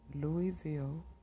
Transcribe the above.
Louisville